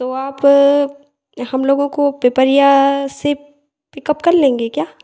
तो आप हम लोगों को पिपरिया से पिकअप कर लेंगें क्या